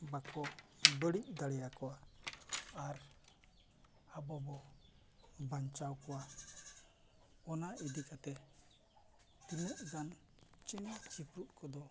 ᱵᱟᱠᱚ ᱵᱟᱹᱲᱤᱡ ᱫᱟᱲᱮᱭ ᱟᱠᱚᱣᱟ ᱟᱨ ᱟᱵᱚ ᱵᱚ ᱵᱟᱧᱪᱟᱣ ᱠᱚᱣᱟ ᱚᱱᱟ ᱤᱫᱤ ᱠᱟᱛᱮᱫ ᱛᱤᱱᱟᱹᱜ ᱜᱟᱱ ᱪᱮᱬᱮᱼᱪᱤᱯᱨᱩ ᱠᱚᱫᱚ